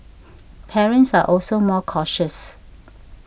parents are also more cautious